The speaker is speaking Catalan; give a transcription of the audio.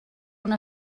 una